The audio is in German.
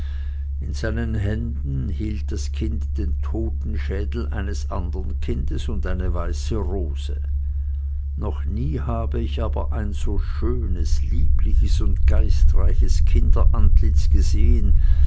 in seinen händen hielt das kind den totenschädel eines andern kindes und eine weiße rose noch nie habe ich aber ein so schönes liebliches und geistreiches kinderantlitz gesehen